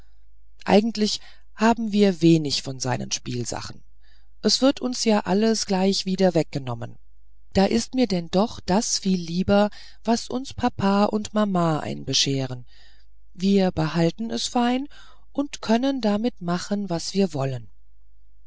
eigentlich haben wir wenig von seinen spielsachen es wird uns ja alles gleich wieder weggenommen da ist mir denn doch das viel lieber was uns papa und mama einbescheren wir behalten es fein und können damit machen was wir wollen